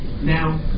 Now